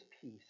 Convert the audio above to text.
peace